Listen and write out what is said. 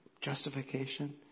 justification